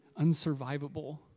unsurvivable